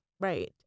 Right